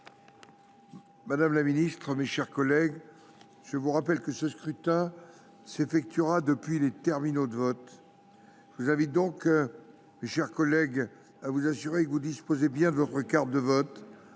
rapport n° 441). Mes chers collègues, je vous rappelle que ce scrutin s’effectuera depuis les terminaux de vote. Je vous invite donc à vous assurer que vous disposez bien de votre carte de vote